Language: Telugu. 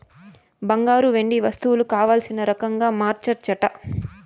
బంగారు, వెండి వస్తువులు కావల్సిన రకంగా మార్చచ్చట